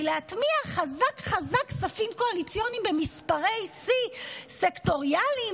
להטמיע חזק חזק כספים קואליציוניים במספרי שיא סקטוריאליים